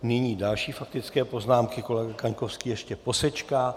Nyní další faktické poznámky, kolega Kaňkovský ještě posečká.